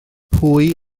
pwy